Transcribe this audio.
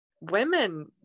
women